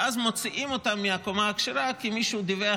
ואז מוציאים אותם מהקומה הכשרה כי מישהו דיווח